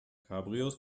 cabrios